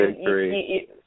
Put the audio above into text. agree